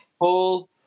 Paul